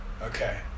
okay